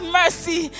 mercy